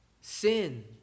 sin